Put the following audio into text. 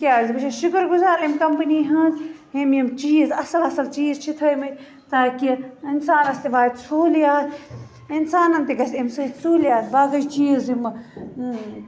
تِکیٚاز بہٕ چھَس شُکُر گُزار اَمہِ کمپٔنی ہٕنٛز ییٚمہِ یِم اَصل اَصٕل چیٖز چھِ تھٲیمٕتۍ تاکہِ اِنسانَس تہِ واتہِ سہوٗلیات اِنسانن تہِ گَژھِ اَمہِ سۭتۍ سہوٗلیات باقٕے چیٖز یِمہٕ